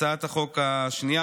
הצעת החוק השנייה,